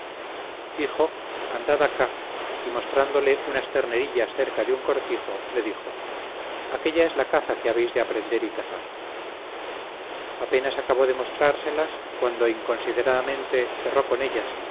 hijo andad acá y mostrándole unas ternerillas cerca de un cortijo le dijo aquella es la caza que habéis de aprender y cazar apenas acabó de mostrárselas cuando inconsideradamente cerró con ellas